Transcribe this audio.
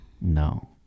No